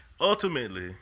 ultimately